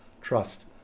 trust